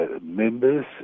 members